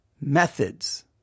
methods